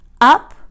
up